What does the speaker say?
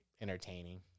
entertaining